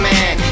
Man